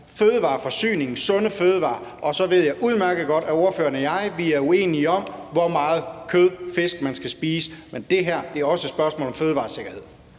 fødevareforsyning, sunde fødevarer. Og så ved jeg udmærket godt, at ordføreren og jeg er uenige om, hvor meget kød og fisk, man skal spise. Men det her er også et spørgsmål om fødevaresikkerhed.